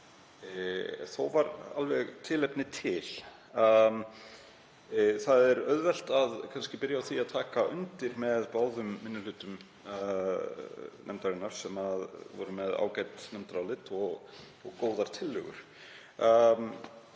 og var þó alveg tilefni til. Það er auðvelt að byrja á því að taka undir með báðum minni hlutum nefndarinnar sem voru með ágæt nefndarálit og góðar tillögur.